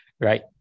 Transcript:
right